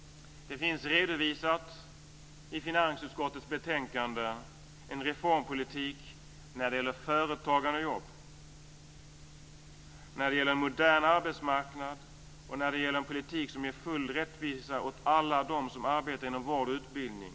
Det finns redovisat i finansutskottets betänkande en reformpolitik när det gäller företagande och jobb, när det gäller modern arbetsmarknad och när det gäller en politik som ger full rättvisa åt alla dem som arbetar inom vård och utbildning.